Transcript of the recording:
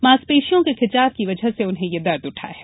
मांसपेशियों के खिंचाव की वजह से उन्हें यह दर्द उठा है